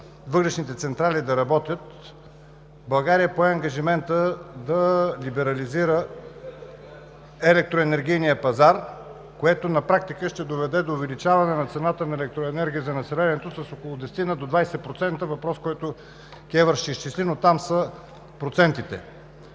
въглищните централи да работят, България пое ангажимента да либерализира електроенергийния пазар, което на практика ще доведе до увеличаване на цената на електроенергията за населението с около десетина до 20% – въпрос, който КЕВР ще изчисли, но там са процентите.